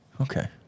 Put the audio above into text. Okay